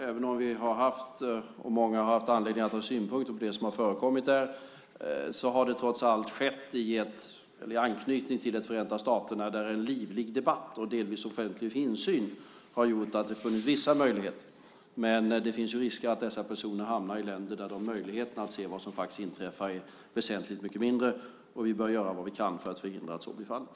Även om vi, och många, har haft anledning att ha synpunkter på det som har förekommit där har det trots allt skett i anknytning till Förenta staterna där en livlig debatt, delvis offentlig för insyn, har gjort att det funnits vissa möjligheter. Det finns ju en risk att dessa personer hamnar i länder där möjligheterna att se vad som faktiskt inträffar är väsentligt mycket mindre. Vi bör göra vad vi kan för att förhindra att så blir fallet.